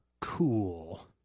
cool